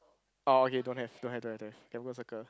oh okay don't have don't have don't have don't have can put a circle